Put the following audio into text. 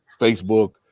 Facebook